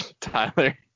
tyler